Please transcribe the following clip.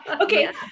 Okay